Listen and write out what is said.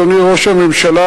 אדוני ראש הממשלה,